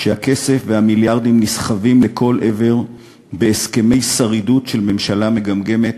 כשהכסף והמיליארדים נסחבים לכל עבר בהסכמי שרידות של ממשלה מגמגמת,